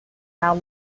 now